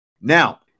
Now